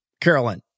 Carolyn